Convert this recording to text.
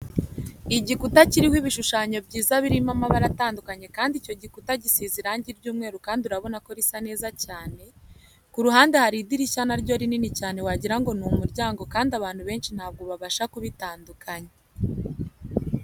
Igikuta kiriho ibishushanyo byiza birimo amabara atandukanye kandi icyo gikuta gisize irangi ry'umweru kandi urabona ko risa neza cyane, ku ruhande hari idirishya naryo rinini cyane wagira ngo ni umuryango kandi abantu benshi ntabwo babasha kubitandukanya.